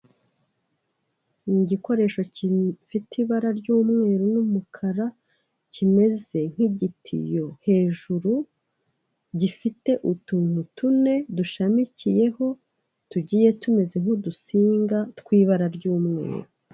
Ni igikoresho gifite ibara ry'umweru n'umukara kimeze nk'igitiyu hejuru gifite utuntu tune dushamikiyeho tugiye tumeze nk'udusinga tw'ibara ry'umweru.